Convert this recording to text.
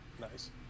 nice